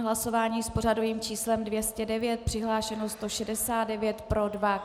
Hlasování s pořadovým číslem 209, přihlášeno 169, pro 2.